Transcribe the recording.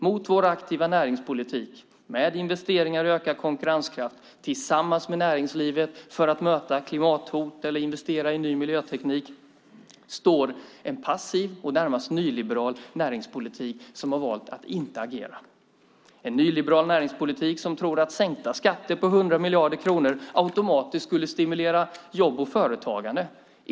Mot vår aktiva näringspolitik, med investeringar i ökad konkurrenskraft tillsammans med näringslivet för att möta klimathot eller investera i ny miljöteknik, står en passiv och närmast nyliberal näringspolitik som har valt att inte agera. Det är en nyliberal näringspolitik som tror att skattesänkningar på 100 miljarder kronor automatiskt skulle stimulera jobb och företagande.